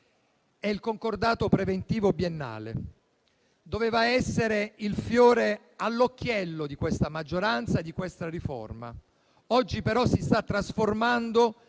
il concordato preventivo biennale. Doveva essere il fiore all'occhiello di questa maggioranza e di questa riforma. Oggi, però, si sta trasformando in un fiore